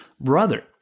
brother